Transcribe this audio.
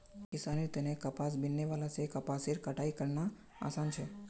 किसानेर तने कपास बीनने वाला से कपासेर कटाई करना आसान छे